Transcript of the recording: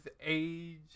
age